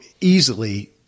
easily